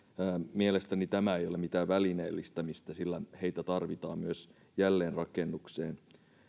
mielestäni tämä ei ole mitään välineellistämistä sillä heitä tarvitaan myös jälleenrakennukseen